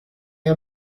are